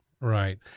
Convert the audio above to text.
right